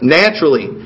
naturally